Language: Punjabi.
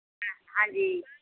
ਹਾਂਜੀ